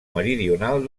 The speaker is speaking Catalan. meridional